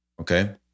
Okay